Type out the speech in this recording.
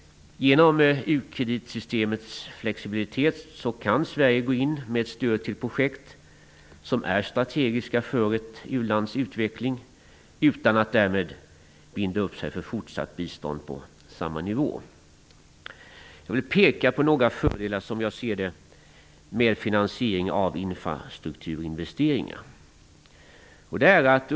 På grund av u-kreditsystemets flexibilitet kan Sverige gå in med stöd till projekt som är strategiska för ett u-lands utveckling utan att därmed binda upp sig för fortsatt bistånd på samma nivå. Jag vill peka på fördelar med finansiering av infrastrukturinvesteringar.